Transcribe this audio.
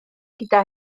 gyda